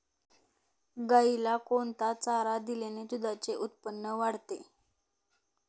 गाईला कोणता चारा दिल्याने दुधाचे उत्पन्न वाढते?